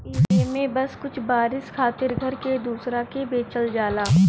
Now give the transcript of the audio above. एमे बस कुछ बरिस खातिर घर के दूसरा के बेचल जाला